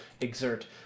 exert